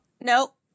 Nope